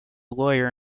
lawyer